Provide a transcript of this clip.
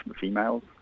females